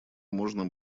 можно